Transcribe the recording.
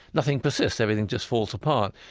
nothing persists, everything just falls apart.